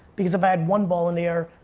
because if i had one ball in the air,